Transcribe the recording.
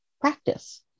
practice